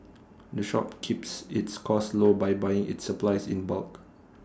the shop keeps its costs low by buying its supplies in bulk